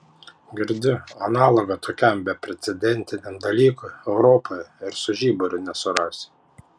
girdi analogo tokiam beprecedentiniam dalykui europoje ir su žiburiu nesurasi